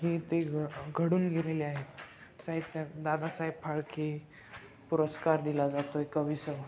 हे ते घ घडून गेलेले आहेत साहित्यिक दादासाहेब फाळके पुरस्कार दिला जातो एक कवीस